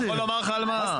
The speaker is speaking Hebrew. אני יכול לומר לך על מה.